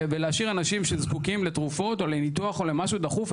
ולהשאיר אנשים שזקוקים לתרופות או לניתוח או למשהו דחוף,